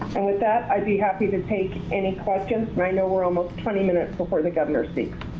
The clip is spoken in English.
and with that, i'd be happy to take any questions. and i know we're almost twenty minutes before the governor speaks.